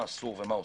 מה אסור ומה עושים,